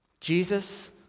Jesus